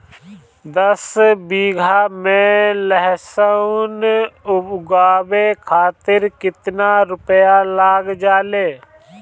दस बीघा में लहसुन उगावे खातिर केतना रुपया लग जाले?